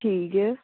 ਠੀਕ ਹੈ